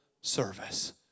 service